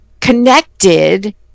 connected